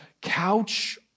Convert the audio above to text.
couch